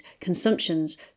consumptions